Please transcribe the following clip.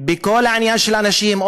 בכל עניין של אנשים,